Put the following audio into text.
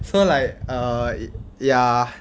so like err ya